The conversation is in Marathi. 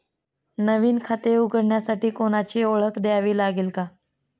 नवीन खाते उघडण्यासाठी कोणाची ओळख द्यावी लागेल का?